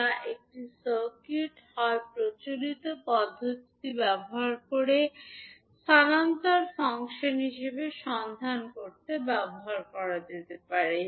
যা একটি সার্কিট হয় প্রচলিত পদ্ধতিটি ব্যবহার করে স্থানান্তর ফাংশন সন্ধান করতে ব্যবহার করা যেতে পারে